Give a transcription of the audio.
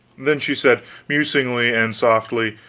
then she said musingly, and softly,